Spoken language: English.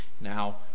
Now